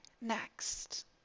next